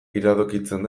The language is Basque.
iradokitzen